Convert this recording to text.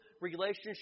relationship